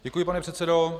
Děkuji, pane předsedo.